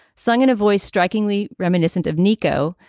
sung in a voice strikingly reminiscent of nico,